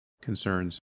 concerns